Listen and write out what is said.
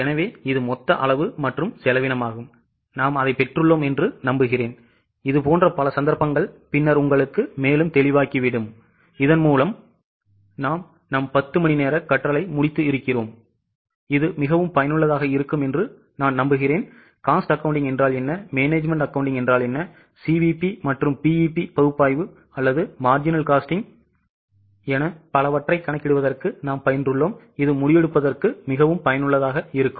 எனவே இது மொத்த அளவு மற்றும் செலவினமாகும் நாம் அதைப் பெற்றுள்ளோம் என்று நம்புகிறேன் இதுபோன்ற பல சந்தர்ப்பங்கள் பின்னர் உங்களுக்கு மேலும் தெளிவாக்கிவிடும் இதன் மூலம் நாம் நம் 10 மணிநேர கற்றலை முடித்து இருக்கிறோம் இது மிகவும் பயனுள்ளதாக இருக்கும் என்று நாங்கள் நம்புகிறோம் cost accounting என்றால் என்ன management accounting என்றால் என்ன CVP மற்றும் BEP பகுப்பாய்வு அல்லது marginal costing என பலவற்றைக் கணக்கிடுவதற்கு நாம் பயின்றுள்ளோம் இது முடிவெடுப்பதற்கு மிகவும் பயனுள்ளதாக இருக்கும்